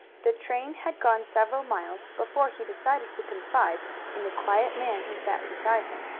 the train had gone several miles before he decided to confide in the quiet man who sat beside him.